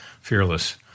fearless